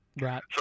Right